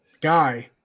Guy